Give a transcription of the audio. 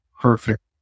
perfect